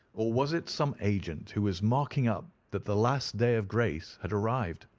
or was it some agent who was marking up that the last day of grace had arrived.